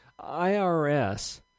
IRS